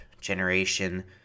generation